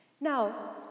Now